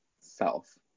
self